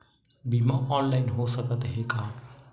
बीमा ऑनलाइन हो सकत हे का?